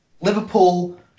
Liverpool